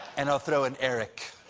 and i'll throw in eric.